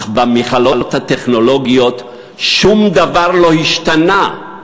אך במכללות הטכנולוגיות שום דבר לא השתנה,